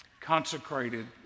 Consecrated